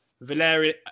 Valeria